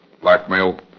Blackmail